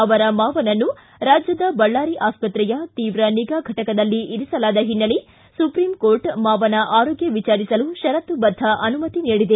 ಅವರ ಮಾವನನ್ನು ರಾಜ್ಯದ ಬಳ್ಳಾರಿ ಆಸ್ತತೆಯ ತೀವ್ರ ನಿಗಾ ಘಟಕದಲ್ಲಿ ಇರಿಸಲಾದ ಹಿನ್ನೆಲೆ ಸುಪ್ರೀಂಕೋರ್ಟ್ ಮಾವನ ಆರೋಗ್ಯ ವಿಚಾರಿಸಲು ಷರತ್ತು ಬದ್ಧ ಅನುಮತಿ ನೀಡಿದೆ